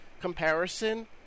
comparison